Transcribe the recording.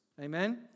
Amen